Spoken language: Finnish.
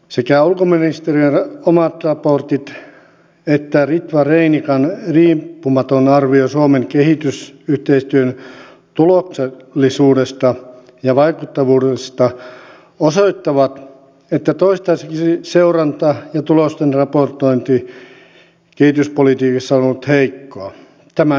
sekä ulkoministeriön omat raportit että ritva reinikan riippumaton arvio suomen kehitysyhteistyön tuloksellisuudesta ja vaikuttavuudesta osoittavat että toistaiseksi seuranta ja tulosten raportointi kehityspolitiikassa on ollut heikkoa